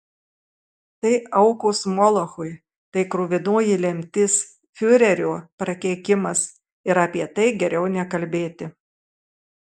tai aukos molochui tai kruvinoji lemtis fiurerio prakeikimas ir apie tai geriau nekalbėti